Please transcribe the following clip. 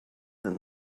than